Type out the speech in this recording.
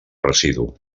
residu